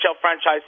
franchise